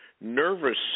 nervous